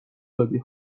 دادی